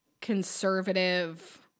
conservative